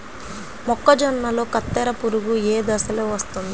మొక్కజొన్నలో కత్తెర పురుగు ఏ దశలో వస్తుంది?